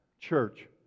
Church